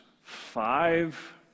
five